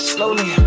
Slowly